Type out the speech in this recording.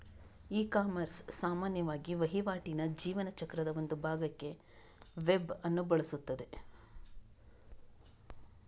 ecommerce ಸಾಮಾನ್ಯವಾಗಿ ವಹಿವಾಟಿನ ಜೀವನ ಚಕ್ರದ ಒಂದು ಭಾಗಕ್ಕೆ ವೆಬ್ ಅನ್ನು ಬಳಸುತ್ತದೆ